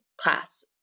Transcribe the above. class